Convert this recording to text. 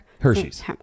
Hershey's